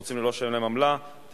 כדי להימנע מהענקת